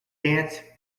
dance